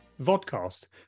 vodcast